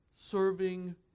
serving